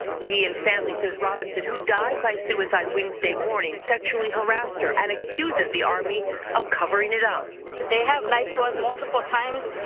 guillen's family says robinson who died by suicide wednesday morning, sexually harassed her and accuses the army of covering it up. but they have lied to us multiple times.